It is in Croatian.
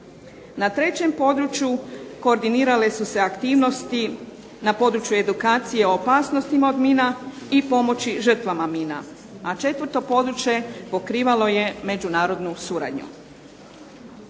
Na trećem području koordinirale su se aktivnosti na području edukacije o opasnosti od mina i pomoći žrtvama mina. A četvrto područje pokrivalo je međunarodnu suradnju.